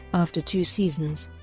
after two seasons,